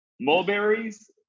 mulberries